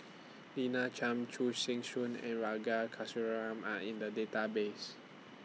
Lina Chiam Chu Chee Seng and Are in The Database